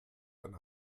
eine